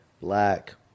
black